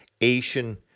Asian